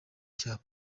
cyabo